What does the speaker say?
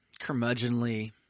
curmudgeonly